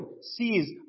sees